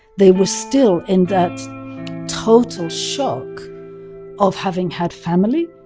they were still in that total shock of having had family,